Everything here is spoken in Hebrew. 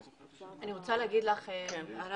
אני רוצה להגיד לך הערה,